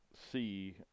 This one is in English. see